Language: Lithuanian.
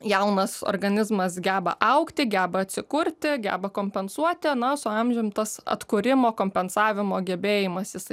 jaunas organizmas geba augti geba atsikurti geba kompensuoti o na su amžium tas atkūrimo kompensavimo gebėjimas jisai